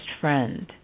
friend